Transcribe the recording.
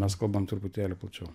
mes kalbam truputėlį plačiau